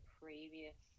previous